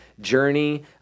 journey